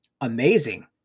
amazing